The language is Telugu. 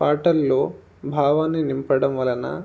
పాటల్లో భావాన్ని నింపడం వలన